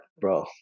bro